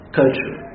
culture